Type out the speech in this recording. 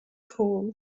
cool